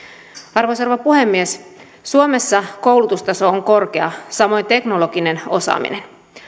arvoisa rouva puhemies suomessa koulutustaso on korkea samoin teknologinen osaaminen